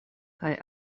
kaj